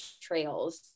trails